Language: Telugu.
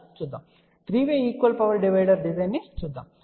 కాబట్టి 3 way equal power divider design చూద్దాం